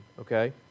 okay